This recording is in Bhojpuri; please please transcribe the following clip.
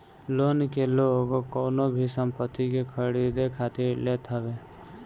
लोन के लोग कवनो भी संपत्ति के खरीदे खातिर लेत हवे